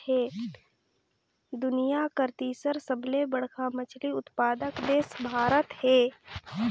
दुनिया कर तीसर सबले बड़खा मछली उत्पादक देश भारत हे